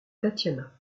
tatiana